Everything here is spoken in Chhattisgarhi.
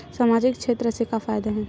सामजिक क्षेत्र से का फ़ायदा हे?